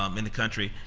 um in the country,